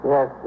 Yes